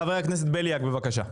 חבר הכנסת בליאק, בבקשה.